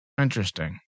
Interesting